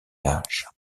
âge